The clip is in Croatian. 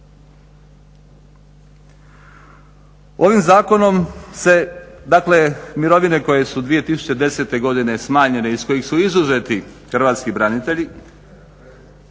Ovim zakonom se dakle mirovine koje su 2010. godine smanjene, iz kojih su izuzeti hrvatski branitelji,